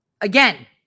again